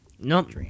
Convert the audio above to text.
Nope